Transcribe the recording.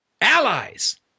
Allies